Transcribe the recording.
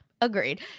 agreed